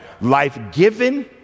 Life-given